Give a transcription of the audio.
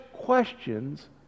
questions